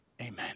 amen